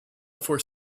for